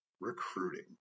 Recruiting